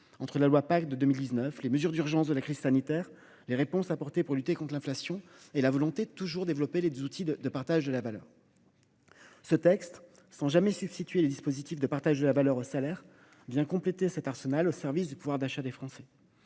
dite loi Pacte, les mesures d’urgence de la crise sanitaire, les réponses apportées pour lutter contre l’inflation et la volonté de toujours développer les outils de partage de la valeur. Ce texte, sans jamais substituer les dispositifs de partage de la valeur aux salaires, vient compléter cet arsenal au service du pouvoir d’achat des Français.